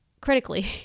critically